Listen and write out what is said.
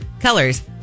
colors